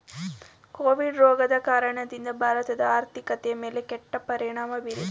Covid ರೋಗದ ಕಾರಣದಿಂದ ಭಾರತದ ಆರ್ಥಿಕತೆಯ ಮೇಲೆ ಕೆಟ್ಟ ಪರಿಣಾಮ ಬೀರಿದೆ